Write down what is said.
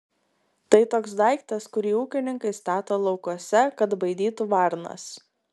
tai toks daiktas kurį ūkininkai stato laukuose kad baidytų varnas